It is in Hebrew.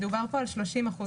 מדובר כאן על 30 אחוזים.